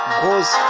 goes